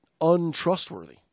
untrustworthy